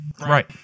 right